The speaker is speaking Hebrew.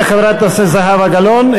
תודה לחברת הכנסת זהבה גלאון.